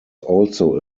also